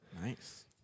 Nice